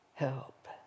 help